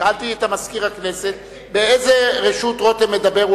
שאלתי את מזכיר הכנסת באיזו רשות רותם מדבר.